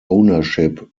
ownership